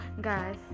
guys